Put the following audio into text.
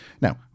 now